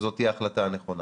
שזאת תהיה ההחלטה הנכונה,